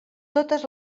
totes